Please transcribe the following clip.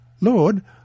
Lord